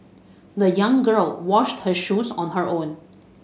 the young girl washed her shoes on her own